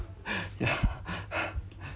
yeah